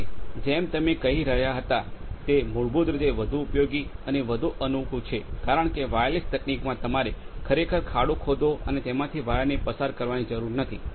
અને જેમ તમે કહી રહ્યા હતા તે મૂળભૂત રીતે વધુ ઉપયોગી અને વધુ અનુકૂળ છે કારણ કે વાયરલેસ તકનીકમાં તમારે ખરેખર ખાડો ખોદવો અને તેમાંથી વાયરને પસાર કરવાની જરૂર નથી